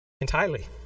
Entirely